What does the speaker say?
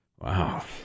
wow